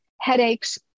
headaches